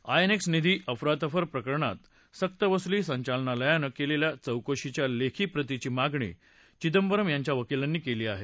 INX निधी अफरातफर प्रकरणात सक्तवसुली संचालनालयानं केलेल्या चौकशीच्या लेखी प्रतीची मागणी चिदंबरम यांच्या वकीलांनी केली आहे